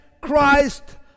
Christ